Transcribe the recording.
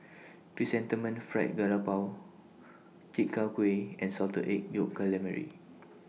Chrysanthemum Fried Garoupa Chi Kak Kuih and Salted Egg Yolk Calamari